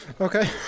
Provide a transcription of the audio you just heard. Okay